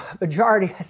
majority